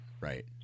right